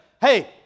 Hey